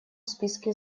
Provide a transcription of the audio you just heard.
списке